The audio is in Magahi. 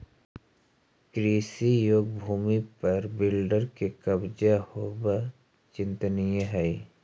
कृषियोग्य भूमि पर बिल्डर के कब्जा होवऽ चिंतनीय हई